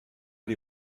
die